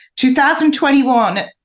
2021